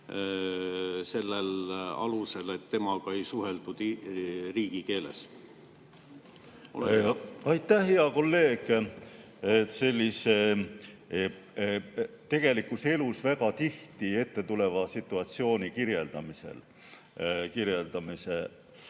sellel alusel, et temaga ei suheldud riigikeeles? Aitäh, hea kolleeg, sellise tegelikus elus väga tihti ette tuleva situatsiooni kirjeldamise